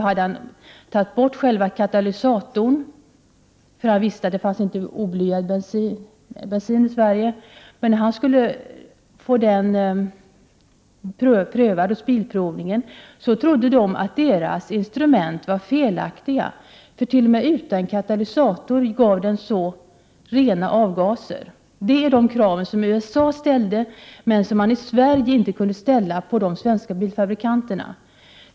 Han hade tagit bort själva katalysatorn, eftersom han visste att det inte fanns oblyad bensin i Sverige. Hos Svensk Bilprovning trodde man att instrumenten var felaktiga. T.o.m. utan katalysator hade bilen så rena avgaser. Den uppfyllde de krav som man ställde i USA, men som man inte kunde ställa i Sverige på de svenska bilfabrikanterna.